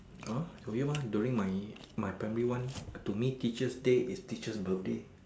orh do you want during my my primary one to me teachers' day is teacher's birthday